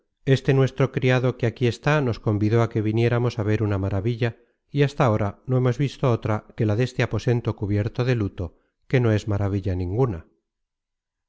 este nuestro criado que aquí está nos convidó á que viniésemos á ver una maravilla y hasta ahora no hemos visto otra que la deste aposento cubierto de luto que no es maravilla ninguna